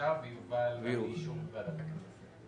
אושר ויובא לאישור ועדת הכנסת.